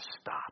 stop